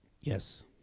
Yes